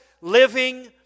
Living